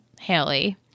Haley